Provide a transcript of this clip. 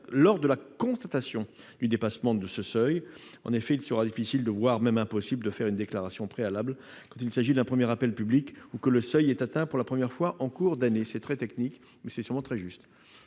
lors de la constatation du dépassement de ce seuil. En effet, il sera difficile, voire impossible de faire une déclaration préalable quand il s'agit d'un premier appel public ou lorsque le seuil est atteint pour la première fois en cours d'année. Cet argumentaire est très technique, mais il est sûrement très juste.